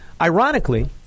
Ironically